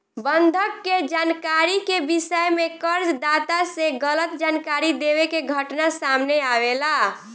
बंधक के जानकारी के विषय में कर्ज दाता से गलत जानकारी देवे के घटना सामने आवेला